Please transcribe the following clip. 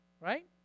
right